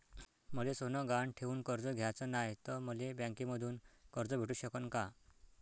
मले सोनं गहान ठेवून कर्ज घ्याचं नाय, त मले बँकेमधून कर्ज भेटू शकन का?